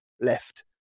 left